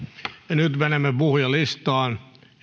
nyt menemme puhujalistaan